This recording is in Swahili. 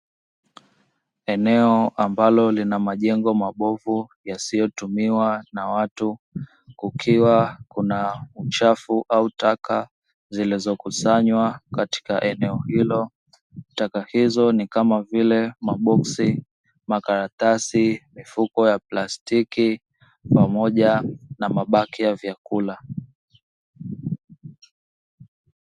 Eneo ambalo lina majengo mabovu yasiyotumiwa na watu, kukiwa kuna uchafu au taka zilizokusanywa katika eneo hilo. Taka hizo ni kama vile maboksi, makaratasi, mifuko ya plastiki pamoja na mabaki ya vyakula.